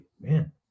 Man